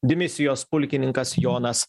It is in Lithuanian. dimisijos pulkininkas jonas